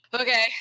okay